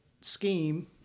Scheme